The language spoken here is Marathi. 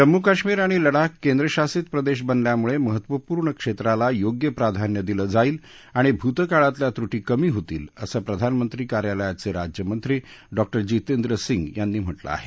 जम्मू कश्मीर आणि लडाख केंद्रशासित प्रदेश बनल्यामुळे महत्त्वपूर्ण क्षेत्राला योग्य प्राधान्य दिलं जाईल आणि भूतकाळातल्या त्रुटी कमी होतील असं प्रधानमंत्री कार्यालयाचे राज्यमंत्री डॉक्टर जितेंद्र सिंग यांनी म्हटलं आहे